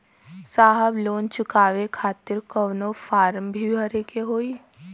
साहब लोन चुकावे खातिर कवनो फार्म भी भरे के होइ?